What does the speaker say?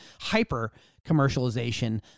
hyper-commercialization